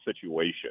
situation